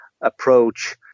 approach